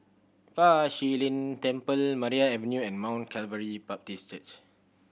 Fa Shi Lin Temple Maria Avenue and Mount Calvary Baptist Church